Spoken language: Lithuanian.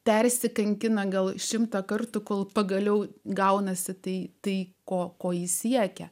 persikankina gal šimtą kartų kol pagaliau gaunasi tai tai ko ko ji siekia